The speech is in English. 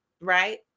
Right